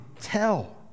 tell